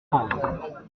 prendre